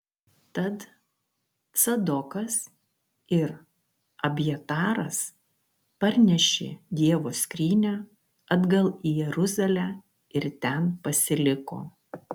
tad cadokas ir abjataras parnešė dievo skrynią atgal į jeruzalę ir ten pasiliko